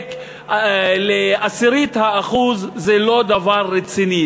לדייק לעשירית האחוז זה לא דבר רציני.